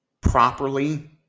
properly